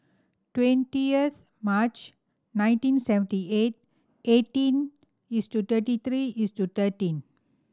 twentieth March nineteen seventy eight eighteen thirty three thirteen